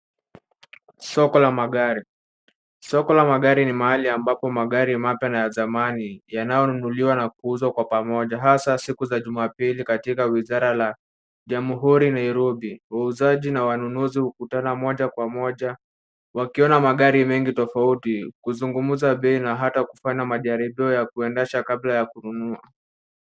Soko la magari. Soko la magari ni mahali ambapo magari mapya na ya zamani yanaponunuliwa na kuuzwa kwa pamoja hasa siku za jumapili katika wizara la Jamhuri Nairobi. Wauzaji na wanunuzi hukutana moja kwa moja wakiona magari mengi tofauti, kuzungumza bei na hata kufanya majaribio ya kuendesha kabla ya kununua.